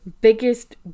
biggest